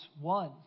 one